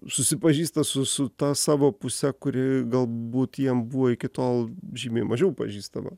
susipažįsta su su ta savo puse kuri galbūt jiem buvo iki tol žymiai mažiau pažįstama